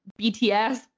BTS